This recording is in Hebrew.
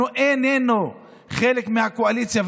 אנחנו איננו חלק מהקואליציה,